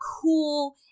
cool